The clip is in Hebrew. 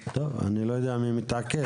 אני לא יודע מי מתעקש.